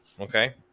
okay